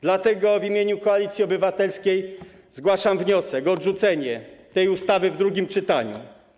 Dlatego w imieniu Koalicji Obywatelskiej zgłaszam wniosek o odrzucenie tej ustawy w drugim czytaniu.